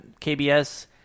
KBS